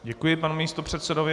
Děkuji panu místopředsedovi.